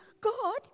God